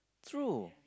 true